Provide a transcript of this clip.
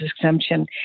exemption